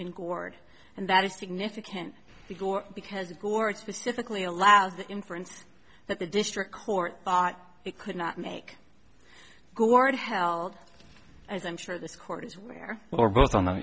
in court and that is significant because gore specifically allows the inference that the district court thought it could not make gored held as i'm sure this court is where or both on th